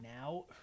now